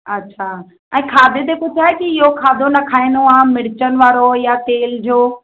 अच्छा ऐं खाधे ते कुझु आहे की इहो खाधो न खाइणो आहे मिर्चनि वारो या तेल जो